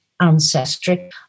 Ancestry